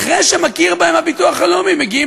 ואחרי שמכיר בהם הביטוח הלאומי הם מגיעים